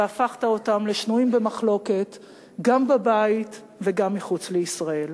והפכת אותן לשנויות במחלוקת גם בבית וגם מחוץ לישראל.